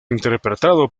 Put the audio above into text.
interpretado